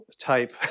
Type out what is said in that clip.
type